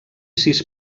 sis